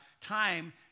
Time